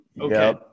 okay